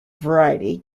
variety